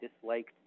disliked